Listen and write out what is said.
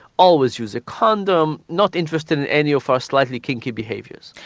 always use a condom, not interested in any of our slightly kinky behaviours.